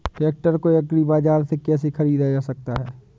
Tractor को agri बाजार से कैसे ख़रीदा जा सकता हैं?